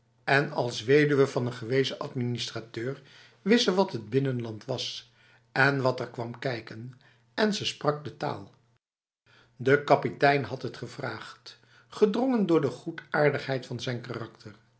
en als weduwe van een gewezen administrateur wist ze wat het binnenland was en wat er kwam kijken en ze sprak de taal de kapitein had het gevraagd gedrongen door de goedaardigheid van zijn karakter